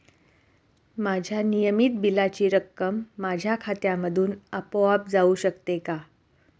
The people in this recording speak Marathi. माझ्या नियमित बिलाची रक्कम माझ्या खात्यामधून आपोआप जाऊ शकते का?